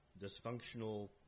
dysfunctional